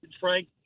frank